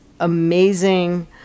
amazing